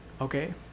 okay